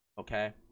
Okay